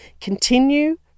Continue